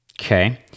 okay